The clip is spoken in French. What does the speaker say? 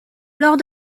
lors